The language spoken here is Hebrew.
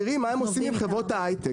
תיראי מה הם עושים עם חברות ההייטק.